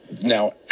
now